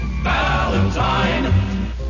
Valentine